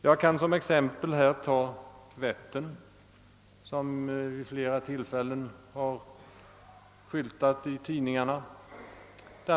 Jag kan som exempel ta Vättern, som vid flera tillfällen har skyltat i tidningarna.